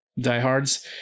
Diehards